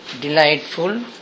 delightful